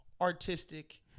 artistic